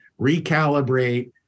recalibrate